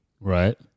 Right